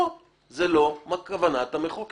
לא, זו לא כוונת המחוקק.